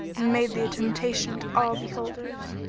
and made thee a temptation to all beholders!